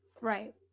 right